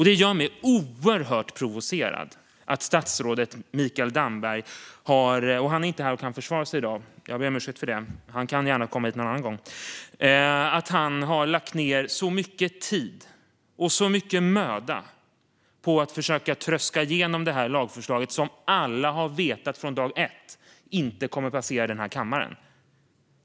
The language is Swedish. Det gör mig oerhört provocerad att statsrådet Mikael Damberg - han är inte här i dag och kan inte försvara sig; jag ber om ursäkt, men han kan gärna komma hit någon annan gång - har lagt ned så mycket tid och så mycket möda på att försöka driva igenom det här lagförslaget, som alla har vetat från dag ett inte kommer att passera denna kammare.